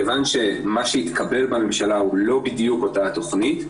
כיוון שמה שהתקבל בממשלה הוא לא בדיוק אותה התכנית,